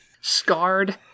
Scarred